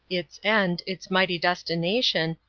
its end, its mighty destination,